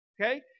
Okay